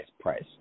price